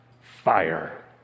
Fire